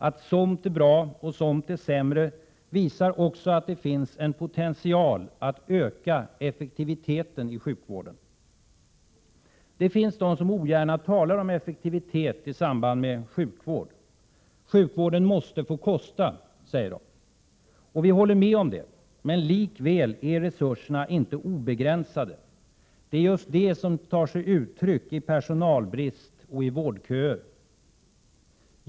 Att somt är bra och somt är sämre visar också att det finns en potential att öka effektiviteten i sjukvården. Det finns de som ogärna talar om effektivitet i samband med sjukvård. Sjukvården måste få kosta, säger de. Och vi håller med om det, men likväl är resurserna inte obegränsade. Det är just detta som tar sig uttryck i personalbrist och vårdköer.